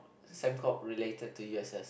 Sem Corp related to u_s_s